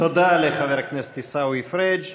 תודה לחבר הכנסת עיסאווי פריג'.